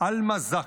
עלמה זק,